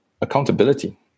Accountability